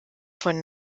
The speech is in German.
von